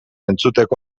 entzuteko